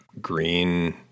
green